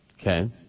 Okay